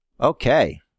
Okay